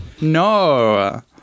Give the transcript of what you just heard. No